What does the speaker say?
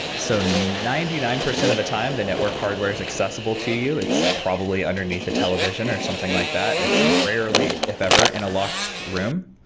so ninety nine percent of the time, the network hardware is accessible to you. it's probably underneath the television, or something like that. it's rarely, if ever, in a locked room.